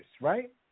right